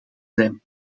zijn